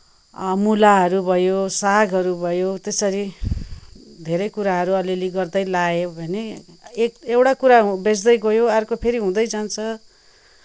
मुलाहरू भयो सागहरू भयो त्यसरी धेरै कुराहरू अलिअलि गर्दै लगायो भने एक एउटा कुरा बेच्दै गयो अर्को फेरि हुँदै जान्छ